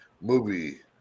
movie